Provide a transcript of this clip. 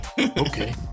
Okay